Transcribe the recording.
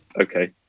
okay